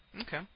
Okay